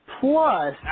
Plus